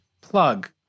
plug